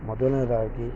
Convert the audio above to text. ಮೊದಲನೇದಾಗಿ